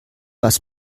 was